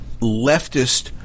leftist